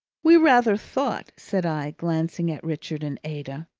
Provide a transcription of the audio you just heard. we rather thought, said i, glancing at richard and ada,